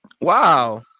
Wow